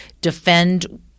defend